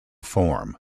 form